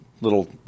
little